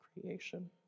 creation